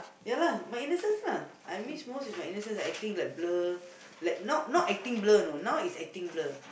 ya lah my innocence lah I miss most is my innocence like acting like blur like not not acting blur you know now is acting blur